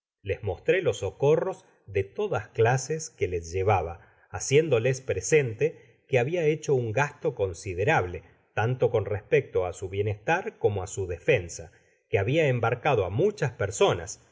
les mostré los socorros de todas clases que les llevaba haciéndoles presente que habia hecho un gasto considerable tanto con respecto á su bienestar como á su defensa que habia embarcado ámuchas personas